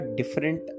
different